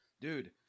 dude